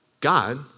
God